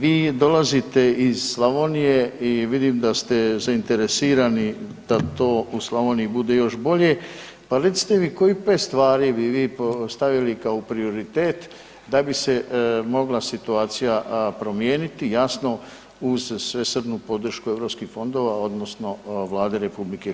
Vi dolazite iz Slavonije i vidim da ste zainteresirani da to u Slavoniji bude još bolje, pa recite kojih pet stvari bi vi postavili kao prioritet da bi se mogla situacija promijeniti, jasno uz svesrdnu podršku eu fondova odnosno Vlade RH?